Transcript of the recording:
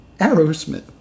Aerosmith